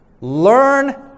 learn